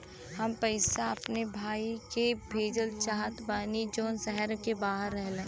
हम पैसा अपने भाई के भेजल चाहत बानी जौन शहर से बाहर रहेलन